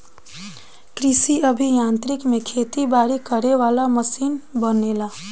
कृषि अभि यांत्रिकी में खेती बारी करे वाला मशीन बनेला